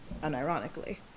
unironically